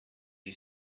you